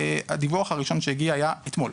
הדיווח הראשון שהגיע היה אתמול.